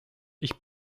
ich